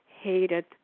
hated